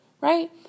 right